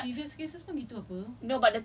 it's such a big thing and you